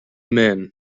men